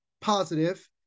positive